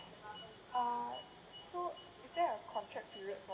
uh so is there a contract period for